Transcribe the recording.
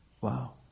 Wow